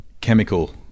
chemical